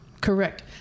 correct